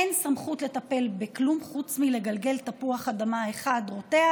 אין סמכות לטפל בכלום חוץ מלגלגל תפוח אדמה אחד רותח